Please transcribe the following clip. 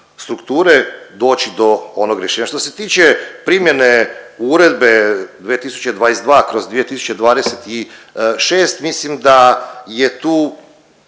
infrastrukture doći do onog rješenja. Što se tiče primjene Uredbe 2022/2026 mislim da je tu